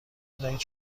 بدهید